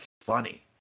funny